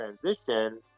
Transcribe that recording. transition